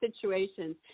situations